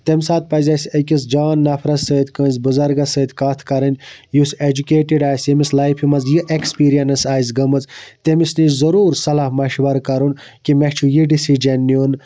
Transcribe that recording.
تمہِ ساتہٕ پَزِ اَسہِ أکِس جان نَفرَس سۭتۍ کٲنٛسہِ بُزَرگَس سۭتۍ کتھ کَرٕنۍ یُس ایٚجُکیٹِڈ آسہِ ییٚمِس لایفہِ مَنٛز یہِ ایٚکسپیٖریَنٕس آسہِ گٔمٕژ تٔمِس نِش ضروٗر صَلَح مَشوَر کَرُن کہِ مےٚ چھُ یہِ ڈیٚسِجَن نِیُن